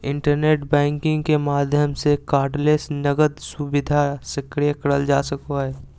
internet banking के माध्यम से कार्डलेस नकद सुविधा सक्रिय करल जा सको हय